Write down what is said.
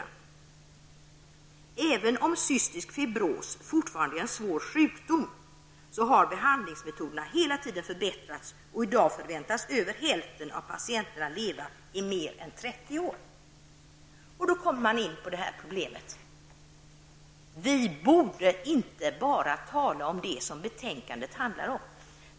Han skriver: ''Även om cystisk fibros fortfarande är en svår sjukdom har behandlingsmetoderna hela tiden förbättrats. I dag förväntas över hälften av patienterna leva i mer än trettio år.'' Vi kommer då in på att vi inte borde tala bara om det som betänkandet handlar om.